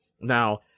Now